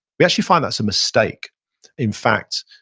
we actually find that's a mistake in fact,